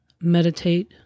meditate